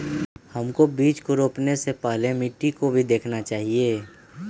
हमको बीज को रोपने से पहले मिट्टी को भी देखना चाहिए?